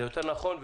זה יותר נכון.